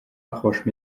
approche